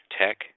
Tech